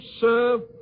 serve